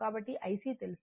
కాబట్టి IC తెలుసు